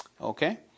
Okay